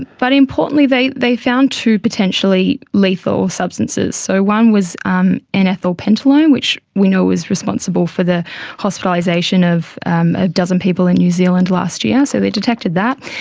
but importantly they they found two potentially lethal substances. so, one was um n-ethylpentylone which we know was responsible for the hospitalisation of a dozen people in new zealand last year, so they detected that.